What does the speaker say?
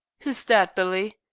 who is that, billy?